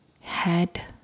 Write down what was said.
head